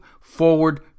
forward